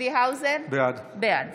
צבי האוזר, בעד